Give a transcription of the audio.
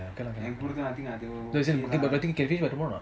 என்னக்கு கூட தான் அது:ennaku kuda thaan athu